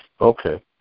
Okay